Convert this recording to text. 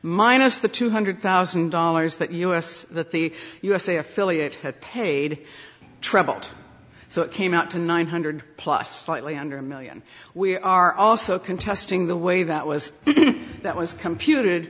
minus the two hundred thousand dollars that us that the usa affiliate had paid troubled so it came out to nine hundred plus slightly under a million we are also contesting the way that was that was compute